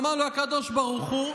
אמר לו הקדוש ברוך הוא: